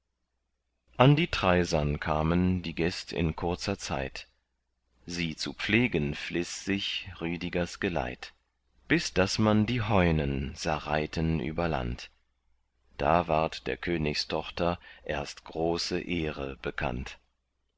an die traisem kamen die gäst in kurzer zeit sie zu pflegen fliß sich rüdigers geleit bis daß man die heunen sah reiten über land da ward der königstochter erst große ehre bekannt